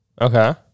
Okay